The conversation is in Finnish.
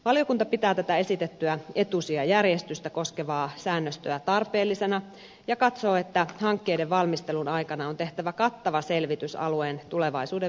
valiokunta pitää tätä esitettyä etusijajärjestystä koskevaa säännöstöä tarpeellisena ja katsoo että hankkeiden valmistelun aikana on tehtävä kattava selvitys alueen tulevaisuuden vedenkäyttötarpeista